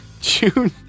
June